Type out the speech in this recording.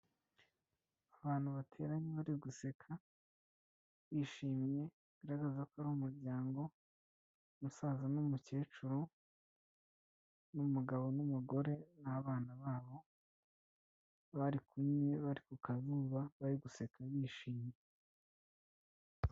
Abantu bateranye bari guseka bishimye bigaragaza ko ari umuryango umusaza n'umukecuru n'umugabo n'umugore n'abana babo, bari kumwe bari ku kazuba bari guseka bishimye.